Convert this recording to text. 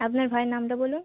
আপনার ভায়ের নামটা বলুন